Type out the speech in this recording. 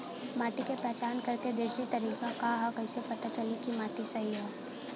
माटी क पहचान करके देशी तरीका का ह कईसे पता चली कि माटी सही ह?